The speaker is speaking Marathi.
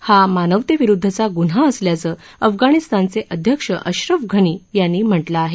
हा मानवतेविरुद्धचा ग्न्हा असल्याचं अफगाणिस्तानचे अध्यक्ष अश्रफ घनी यांनी म्हटलं आहे